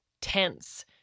tense